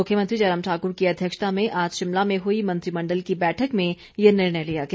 मुख्यमंत्री जयराम ठाकुर की अध्यक्षता में आज शिमला में हुई मंत्रिमण्डल की बैठक में ये निर्णय लिया गया